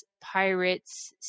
pirates